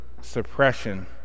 suppression